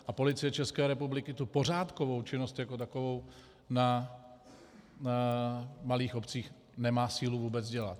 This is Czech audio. A Policie České republiky tu pořádkovou činnost jako takovou na malých obcích nemá sílu vůbec dělat.